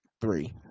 three